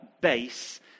base